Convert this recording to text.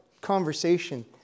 conversation